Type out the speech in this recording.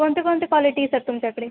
कोणती कोणती क्वालिटी आहे सर तुमच्याकडे